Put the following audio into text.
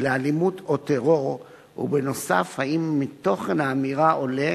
לאלימות או טרור, ובנוסף, האם מתוכן האמירה עולה